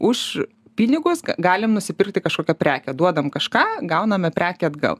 už pinigus galim nusipirkti kažkokią prekę duodam kažką gauname prekę atgal